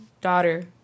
Daughter